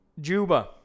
Juba